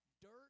dirt